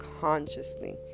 consciously